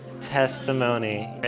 testimony